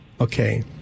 Okay